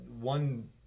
One